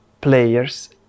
players